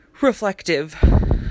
reflective